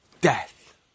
Death